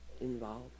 involved